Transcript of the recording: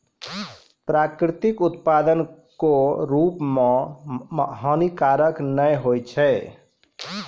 प्राकृतिक उत्पाद कोय रूप म हानिकारक नै होय छै